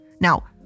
Now